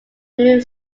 blue